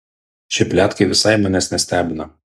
šie pletkai visai manęs nestebina